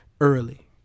early